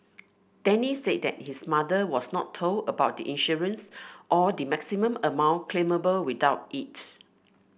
Denny said that his mother was not told about the insurance or the maximum amount claimable without it